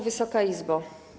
Wysoka Izbo!